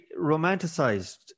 romanticized